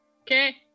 okay